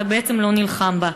אתה לא נלחם בה.